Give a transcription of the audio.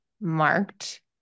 marked